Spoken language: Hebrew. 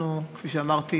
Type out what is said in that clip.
כפי שאמרתי,